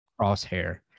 Crosshair